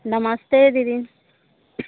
नमस्ते दीदी